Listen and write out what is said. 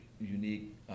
unique